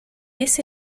ese